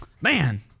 Man